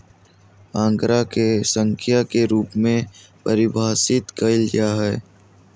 आंकड़ा के संख्या के रूप में परिभाषित कइल जा हइ